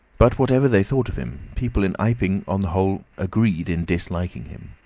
but whatever they thought of him, people in iping, on the whole, agreed in disliking him.